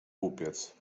głupiec